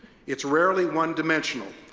it's rarely one-dimensional,